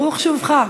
ברוך שובך.